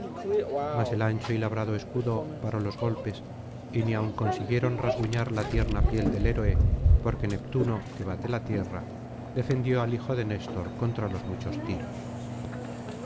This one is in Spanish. mas el ancho y labrado escudo paró los golpes y ni aun consiguieron rasguñar la tierna piel del héroe porque neptuno que bate la tierra defendió al hijo de néstor contra los muchos tiros